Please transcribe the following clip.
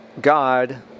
God